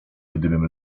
gdybym